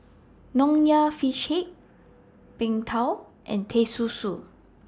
Nonya Fish Head Png Tao and Teh Susu